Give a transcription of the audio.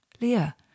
Leah